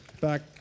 back